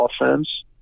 offense